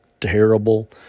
terrible